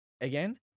again